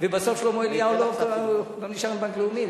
ובסוף שלמה אליהו לא נשאר בבנק לאומי.